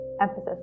emphasis